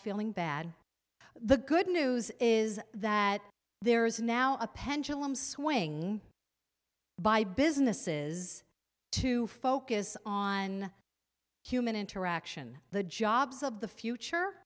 feeling bad the good news is that there is now a pendulum swing by businesses to focus on human interaction the jobs of the future